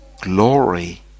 glory